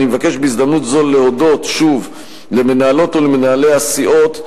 אני מבקש בהזדמנות זו להודות שוב למנהלות ולמנהלי הסיעות,